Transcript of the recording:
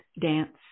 dance